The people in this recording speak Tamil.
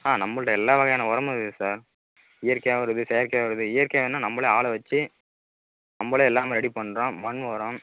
ஆ நம்மள்ட்ட எல்லா வகையான உரமும் இருக்குது சார் இயற்கையாகவும் இருக்குது செயற்கையாகவும் இருக்குது இயற்கை வேணுன்னால் நம்மளே ஆளை வெச்சு நம்மளே எல்லாமே ரெடி பண்ணுறோம் மண் உரம்